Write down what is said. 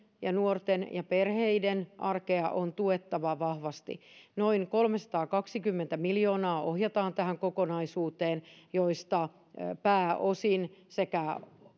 ja nuorten ja perheiden arkea on tuettava vahvasti noin kolmesataakaksikymmentä miljoonaa ohjataan tähän kokonaisuuteen josta pääosin sekä